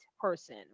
person